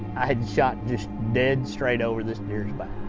i had shot just dead straight over this deer's back.